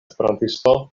esperantisto